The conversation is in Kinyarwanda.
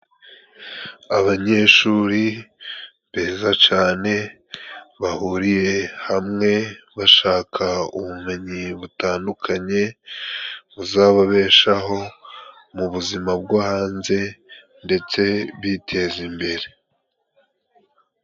Abanyeshuri beza cane bahuriye hamwe bashaka ubumenyi butandukanye, buzababeshaho mu buzima bwo hanze ndetse biteza imbere.